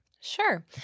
Sure